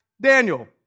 Daniel